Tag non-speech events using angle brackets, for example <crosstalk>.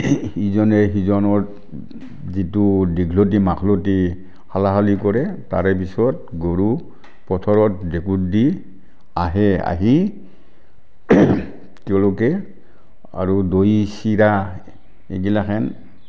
ইজনে সিজনৰ যিটো দীঘলতি মাখলতি সলাসলি কৰে তাৰে পিছত পথাৰত <unintelligible> দি আহে আহি তেওঁলোকে আৰু দৈ চিৰা এইগিলাখেন